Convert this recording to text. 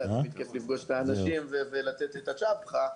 תמיד כיף לפגוש את האנשים ולתת את הצ'פחה,